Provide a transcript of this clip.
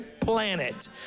planet